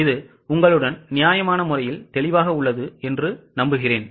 இது உங்களுடன் நியாயமான முறையில் தெளிவாக உள்ளது என்று நான் நினைக்கிறேன்